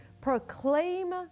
proclaim